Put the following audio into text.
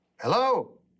Hello